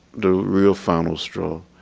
the real final straw,